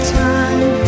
time